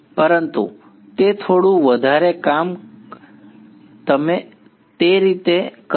પરંતુ તે થોડું વધારે કામ તમે તે રીતે કરશો